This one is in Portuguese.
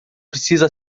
precisa